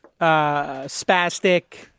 spastic